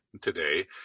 today